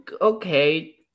okay